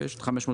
ויש את 550,